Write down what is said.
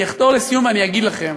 אני אחתור לסיום ואני אגיד לכם